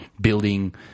building